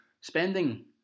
Spending